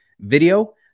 video